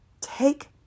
take